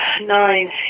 nine